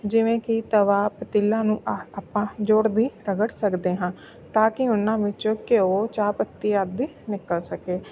ਜਿਵੇਂ ਕਿ ਤਵਾ ਪਤੀਲਾ ਨੂੰ ਆਹ ਆਪਾਂ ਜ਼ੋਰ ਦੀ ਰਗੜ ਸਕਦੇ ਹਾਂ ਤਾਂ ਕਿ ਉਹਨਾਂ ਵਿੱਚੋਂ ਘਿਓ ਚਾਹ ਪੱਤੀ ਆਦਿ ਨਿਕਲ ਸਕੇ